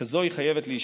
וכזאת היא חייבת להישאר,